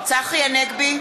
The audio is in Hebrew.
הנגבי,